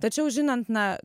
tačiau žinant na